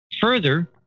Further